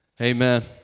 Amen